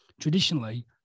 traditionally